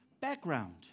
background